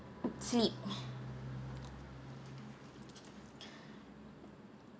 sleep